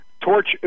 torch